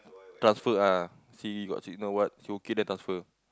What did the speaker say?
touch foot ah see got signal what see okay then transfer